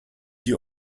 you